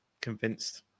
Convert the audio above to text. Convinced